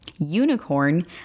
Unicorn